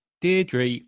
Deirdre